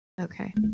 okay